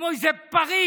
כמו איזה פריץ,